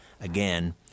again